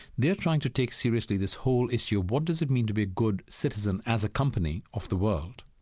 they're trying to take seriously this whole issue of what does it mean to be good citizen as a company of the world?